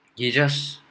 they just